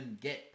get